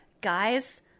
Guys